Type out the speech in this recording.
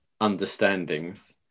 understandings